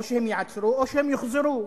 או שהם ייעצרו או שהם יוחזרו.